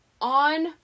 On